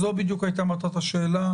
זו בדיוק הייתה מטרת השאלה.